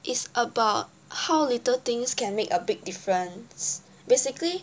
it's about how little things can make a big difference basically